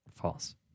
false